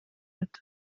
atatu